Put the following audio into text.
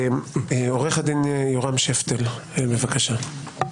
עורך הדין יורם שפטל, בבקשה.